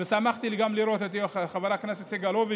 שמחתי לראות גם את חבר הכנסת סגלוביץ',